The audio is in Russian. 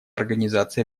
организации